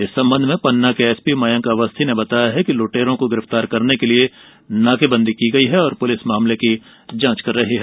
इस संबंध में पन्ना के एसपी मयंक अवस्थी ने बताया कि लुटेरों को गिरफ़्तार करने के लिये नाके बंदी कर दी गई है पुलिस मामले की जांच कर रही है